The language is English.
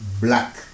black